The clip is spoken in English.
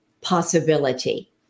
possibility